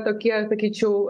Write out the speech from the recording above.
tokie sakyčiau